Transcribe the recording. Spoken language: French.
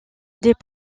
des